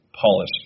polished